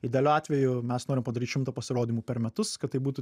idealiu atveju mes norim padaryt šimtą pasirodymų per metus kad tai būtų